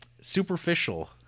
Superficial